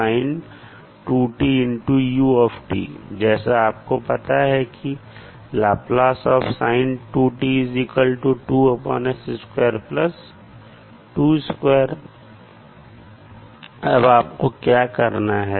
तो जैसा आपको पता है कि अब आपको क्या करना है